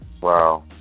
Wow